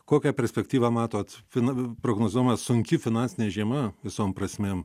kokią perspektyvą matot finan prognozuojamas sunki finansinė žiema visom prasmėm